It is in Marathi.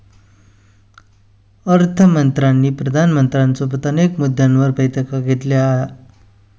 अर्थ मंत्र्यांनी पंतप्रधानांसोबत अनेक मुद्द्यांवर बैठका घेतल्या